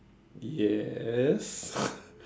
yes